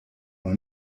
noch